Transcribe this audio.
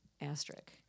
asterisk